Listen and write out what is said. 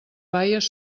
baies